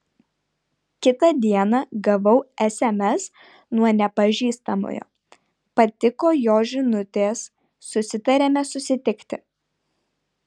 kitą dieną gavau sms nuo nepažįstamojo patiko jo žinutės susitarėme susitikti